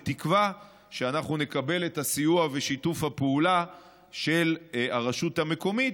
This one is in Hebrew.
בתקווה שאנחנו נקבל את הסיוע ושיתוף הפעולה של הרשות המקומית,